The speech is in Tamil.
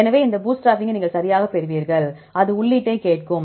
எனவே இந்த பூட்ஸ்ட்ராப்பிங்கை நீங்கள் சரியாகப் பெறுவீர்கள் அது உள்ளீட்டைக் கேட்கும்